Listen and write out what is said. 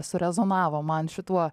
surezonavo man šituo